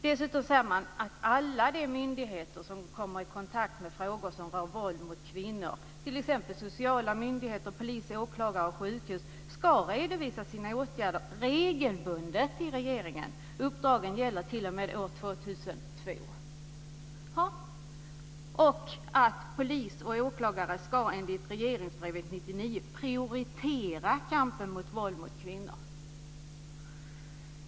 Dessutom säger man att alla de myndigheter som kommer i kontakt med frågor som rör våld mot kvinnor, t.ex. sociala myndigheter, polis och åklagare och sjukhus, ska redovisa sina åtgärder regelbundet för regeringen. Uppdragen gäller t.o.m. år 2002. Polis och åklagare ska enligt regleringsbrevet för år 1999 prioritera kampen mot våld mot kvinnor.